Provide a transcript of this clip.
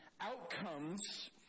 outcomes